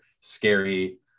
scary